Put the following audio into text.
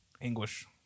english